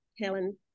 Helen